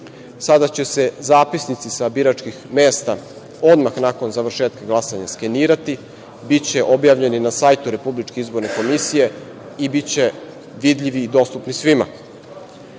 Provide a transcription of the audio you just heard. sada će se zapisnici sa biračkih mesta odmah nakon završetka glasanja skenirati, biće objavljeni na sajtu RIK i biće vidljivi i dostupni svima.U